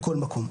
בכל מקום.